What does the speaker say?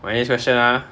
okay next question ah